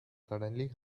suddenly